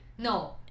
No